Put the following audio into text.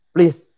Please